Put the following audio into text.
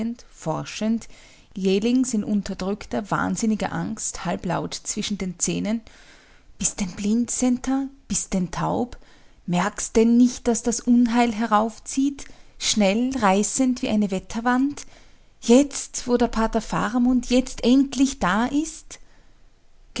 forschend jählings in unterdrückter wahnsinniger angst halblaut zwischen den zähnen bist denn blind centa bist denn taub merkst denn nicht daß das unheil heraufzieht schnell reißend schnell wie eine wetterwand jetzt wo der pater faramund jetzt endlich da ist